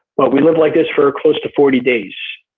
but we lived like this for close to forty days,